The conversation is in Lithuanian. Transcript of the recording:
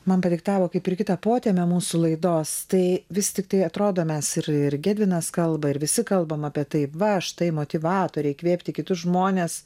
man padiktavo kaip ir kitą potemę mūsų laidos tai vis tiktai atrodo mes ir ir gedvinas kalba ir visi kalbam apie tai va štai motyvatorė įkvėpti kitus žmones